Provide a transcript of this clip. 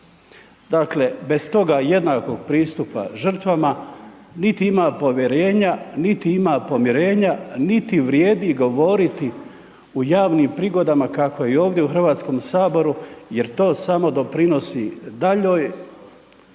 Dakle, bez toga jednakog pristupa žrtvama, niti ima povjerenja, niti ima pomirenja, niti vrijedi govoriti u javnim prigodama kako i ovdje u HS jer to samo doprinosi daljoj